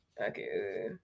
okay